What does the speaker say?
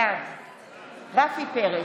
בעד רפי פרץ,